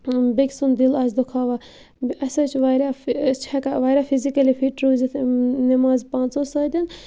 بیٚکہِ سُنٛد دِل آسہِ دُکھاوان اَسہِ حظ چھِ واریاہ فہِ أسۍ چھِ ہٮ۪کان واریاہ فِزِکٔلی فِٹ روٗزِتھ نٮ۪مازِ پانژو سۭتۍ